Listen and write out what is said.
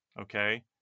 Okay